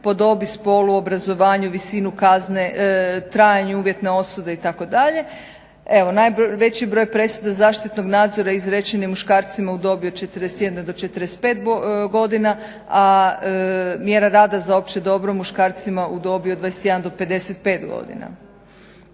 po dobi, spolu, obrazovanju, visini kazne, trajanju uvjetne osude itd. Evo najveći broj presuda zaštitnog nadzora izrečen je muškarcima u dobi od 41 do 45 godina, a mjera rada za opće dobro muškarcima u dobi od 21 do 55 godina.